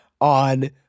on